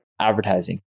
advertising